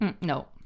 No